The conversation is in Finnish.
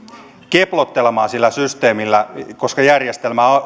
keplottelemaan sillä systeemillä koska järjestelmästä